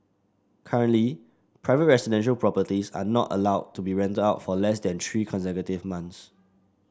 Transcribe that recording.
currently private residential properties are not allowed to be rented out for less than three consecutive months